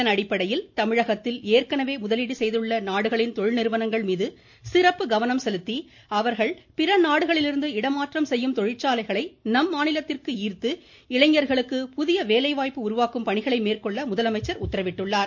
இதன்அடிப்படையில் தமிழகத்தில் ஏற்கெனவே முதலீடு செய்துள்ள நாடுகளின் தொழில்நிறுவனங்கள் மீது சிறப்பு கவனம் செலுத்தி அவர்கள் பிறநாடுகளிலிருந்து இடமாற்றம் செய்யும் தொழிற்சாலைகளை நம் மாநிலத்திற்கு ஈர்த்து இளைஞர்களுக்கு புதிய வேலைவாயப்பு உருவாக்கும் பணிகளை மேற்கொள்ள உத்தரவிட்டுள்ளார்